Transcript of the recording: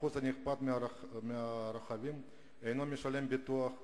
אחוז נכבד מהרוכבים אינו משלם ביטוח ונוהג.